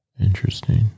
interesting